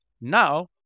Now